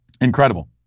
Incredible